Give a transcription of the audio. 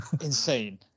Insane